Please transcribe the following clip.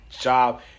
job